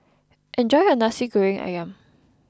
enjoy your Nasi Goreng Ayam